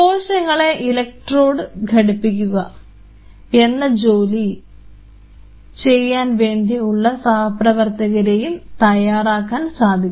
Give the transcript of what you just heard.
കോശങ്ങളെ ഇലക്ട്രോഡ് ൽ ഘടിപ്പിക്കുക എന്ന ജോലി ചെയ്യാൻ വേണ്ടി ഉള്ള സഹപ്രവർത്തകരെയും തയ്യാറാക്കാൻ സാധിക്കും